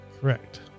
Correct